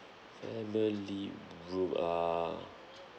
family room err